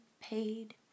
paid